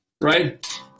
Right